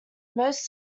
most